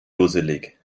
dusselig